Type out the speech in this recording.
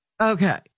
Okay